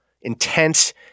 intense